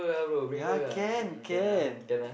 ya can can